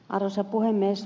arvoisa puhemies